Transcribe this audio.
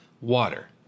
water